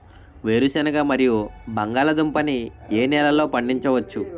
వేరుసెనగ మరియు బంగాళదుంప ని ఏ నెలలో పండించ వచ్చు?